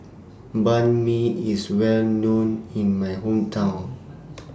Banh MI IS Well known in My Hometown